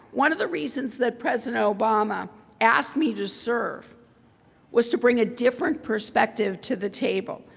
one of the reasons that president obama asked me to serve was to bring a different perspective to the table,